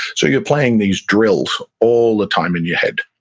so you're playing these drills all the time in your head.